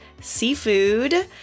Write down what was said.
seafood